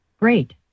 Great